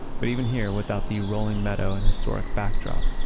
but even here, without the rolling meadow and historic backdrop,